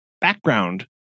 background